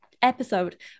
episode